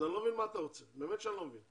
אז אני לא מבין מה אתה רוצה, באמת שאני לא מבין.